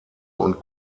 und